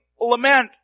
lament